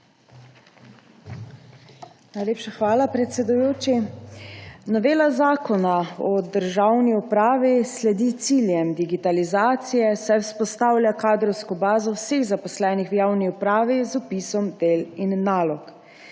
Najlepša hvala, predsedujoči. Novela Zakona o državni upravi sledi ciljem digitalizacije, saj vzpostavlja kadrovsko bazo vseh zaposlenih v javnih upravi z opisom del in nalog.